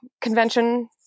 convention